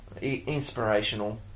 inspirational